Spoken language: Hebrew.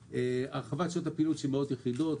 אבל יש הרחבת שעות הפעילות של מאות יחידות.